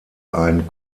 ein